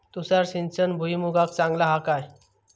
तुषार सिंचन भुईमुगाक चांगला हा काय?